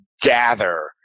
gather